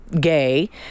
gay